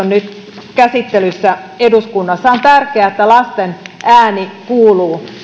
nyt käsittelyssä eduskunnassa on tärkeää että lasten ääni kuuluu